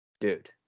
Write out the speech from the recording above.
Dude